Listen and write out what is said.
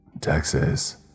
Texas